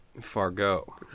Fargo